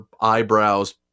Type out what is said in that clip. eyebrows